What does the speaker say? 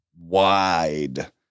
wide